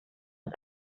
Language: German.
hat